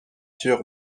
sur